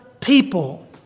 people